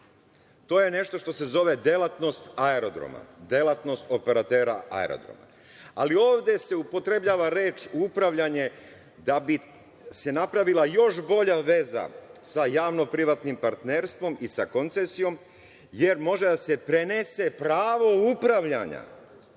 To je nešto što se zove delatnost aerodroma, delatnost operatera aerodroma. Ali, ovde se upotrebljava reč upravljanje, da bi se napravila još bolja veza sa javno-privatnim partnerstvom i sa koncesijom, jer može da se prenese pravo upravljanja.